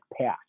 patch